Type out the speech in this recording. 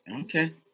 Okay